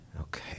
Okay